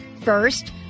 First